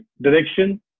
direction